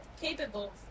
capable